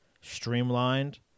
streamlined